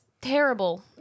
terrible